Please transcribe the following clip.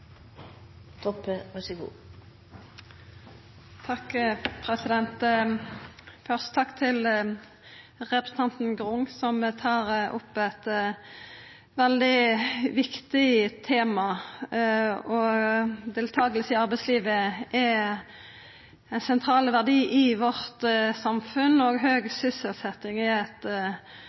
Grung som tar opp eit veldig viktig tema. Deltaking i arbeidslivet er ein sentral verdi i vårt samfunn, og høg sysselsetjing er eit